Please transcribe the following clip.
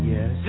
Yes